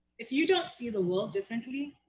if you don't see the world differently,